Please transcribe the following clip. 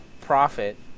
profit